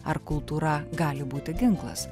ar kultūra gali būti ginklas